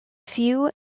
few